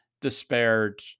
despaired